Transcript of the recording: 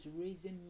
raising